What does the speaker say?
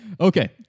Okay